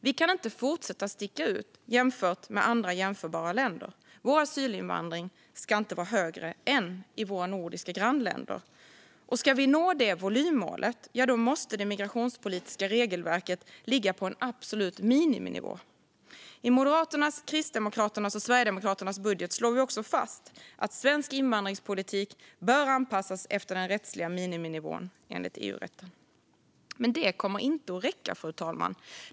Vi kan inte fortsätta sticka ut i förhållande till andra jämförbara länder. Vår asylinvandring ska inte vara högre än i våra nordiska grannländer. Ska vi nå det volymmålet måste det migrationspolitiska regelverket ligga på en absolut miniminivå. I Moderaternas, Kristdemokraternas och Sverigedemokraternas budget slår vi också fast att svensk invandringspolitik bör anpassas efter den rättsliga miniminivån enligt EU-rätten. Men det kommer inte att räcka, fru talman.